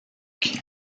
elle